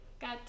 got